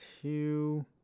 two